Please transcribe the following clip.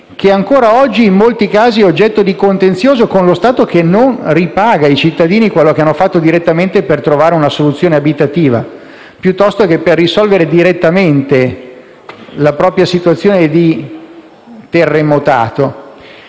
che ancora oggi in molti casi è oggetto di contenzioso con lo Stato, che non ripaga ai cittadini ciò che hanno fatto direttamente per trovare una soluzione abitativa, piuttosto che per risolvere direttamente la propria situazione di terremotati